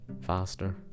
faster